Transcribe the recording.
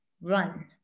run